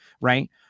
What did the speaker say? Right